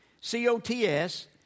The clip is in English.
C-O-T-S